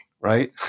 right